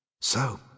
So